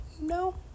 No